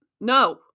no